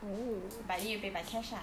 but you pay by cash ah